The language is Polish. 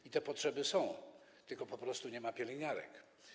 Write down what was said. I te potrzeby są, tylko po prostu nie ma pielęgniarek.